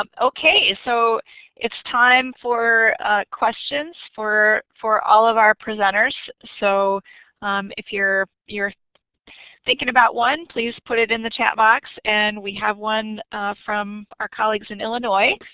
um okay, so it's time for questions for for all of our presenters, so if you're you're thinking about one please put it in the chat box, and we have one from our colleagues in illinois.